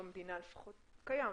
במדינה לפחות, הוא קיים.